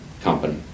company